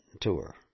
tour